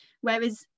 whereas